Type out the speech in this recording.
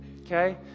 Okay